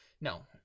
No